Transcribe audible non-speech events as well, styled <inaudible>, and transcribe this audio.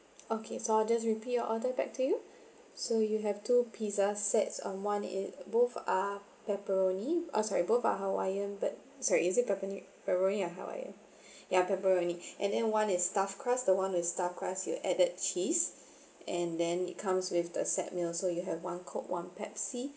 okay so I'll just repeat your order back to you so you have two pizzas sets um want it both are pepperoni oh sorry both are hawaiian but sorry is it peppe~ pepperoni or hawaiian <breath> ya pepperoni and then one is stuffed crust the one with stuffed crust you add that cheese and then it comes with the set meal so you have one coke one pepsi